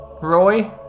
Roy